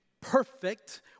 perfect